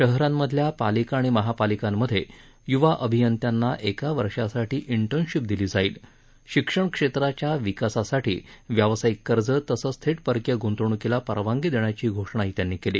शहरांमधल्या पालिका आणि महापालिकांमध्ये युवा अभियंत्यांना एका वर्षासाठी वर्नशीप दिली जाईल शिक्षण शेत्राच्या विकासासाठी व्यावसायिक कर्ज तसंच थेट परकीय गुंतवणूकीला परवानगी देण्याची घोषणाही त्यांनी केली